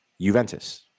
Juventus